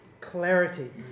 clarity